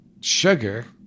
sugar